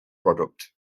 product